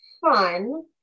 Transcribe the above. fun